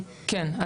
כן.